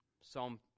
Psalm